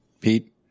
Pete